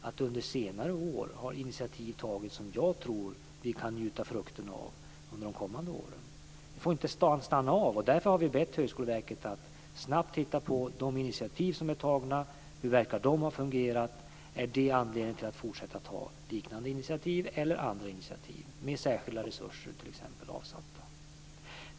Men under senare år har initiativ tagits som jag tror att vi kan njuta frukterna av under de kommande åren. Det får inte stanna av och därför har vi bett Högskoleverket att snabbt titta närmare på de initiativ som har tagits. Hur verkar de ha fungerat? Finns det anledning att fortsätta ta liknande initiativ eller andra initiativ med t.ex. särskilda resurser avsatta?